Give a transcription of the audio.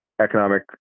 economic